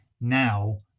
Now